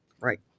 Right